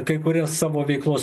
kai kurias savo veiklos